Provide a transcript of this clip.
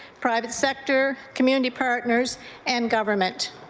private sector, community partners and government.